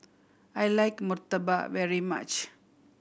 I like murtabak very much